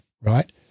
right